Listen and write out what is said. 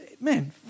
man –